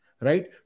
right